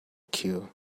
queue